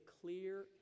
clear